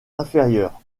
inférieur